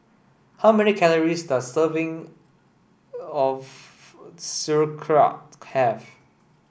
how many calories does serving of Sauerkraut have